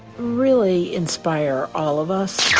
really inspire all of us.